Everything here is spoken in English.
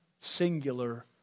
singular